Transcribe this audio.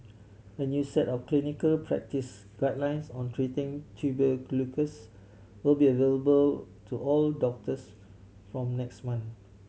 a new set of clinical practice guidelines on treating tuberculosis will be available to all doctors from next month